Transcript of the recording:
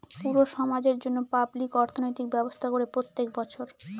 পুরো সমাজের জন্য পাবলিক অর্থনৈতিক ব্যবস্থা করে প্রত্যেক বছর